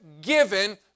given